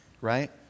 right